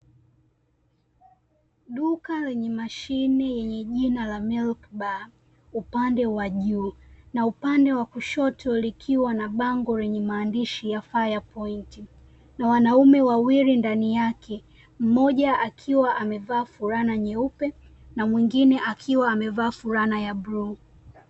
Duka lenye mashine yenye jina ka "MILK BAR", upande wa juu, na upande wa kushoto , likiwa na bango lenye maandishi ya "FIRE POINT", na wanaume wawili ndani yake, mmoja akiwa amevaa fulana nyeupe, na mwingine akiwa amevaa fulana ya buluu.